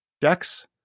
decks